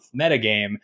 metagame